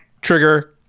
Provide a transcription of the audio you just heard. trigger